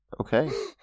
Okay